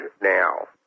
now